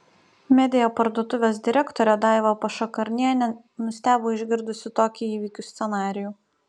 media parduotuvės direktorė daiva pašakarnienė nustebo išgirdusi tokį įvykių scenarijų